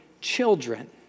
children